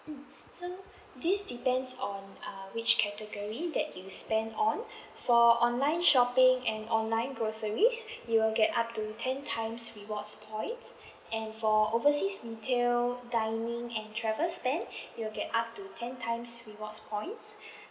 mm so this depends on uh which category that you spend on for online shopping and online groceries you will get up to ten times rewards points and for overseas retail dining and travel spend you'll get up to ten times rewards points